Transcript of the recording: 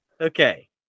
Okay